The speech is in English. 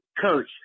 coach